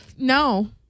No